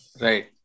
Right